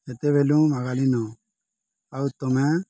ସେତେବେଲୁ ମାଗଲିିନ ଆଉ ତମେ